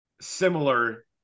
similar